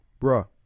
bruh